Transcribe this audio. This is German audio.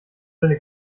seine